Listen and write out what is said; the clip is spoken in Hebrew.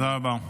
תודה רבה.